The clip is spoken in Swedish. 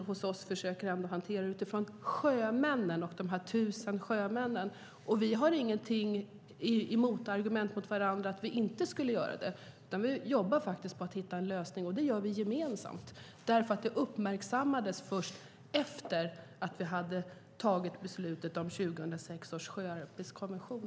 Hos oss försöker vi hantera frågan utifrån de tusen sjömännens sida. Vi argumenterar inte mot varandra om att vi inte ska göra detta arbete. Vi arbetar gemensamt på att hitta en lösning. Frågan uppmärksammades först efter beslutet om 2006 års sjöarbetskonvention.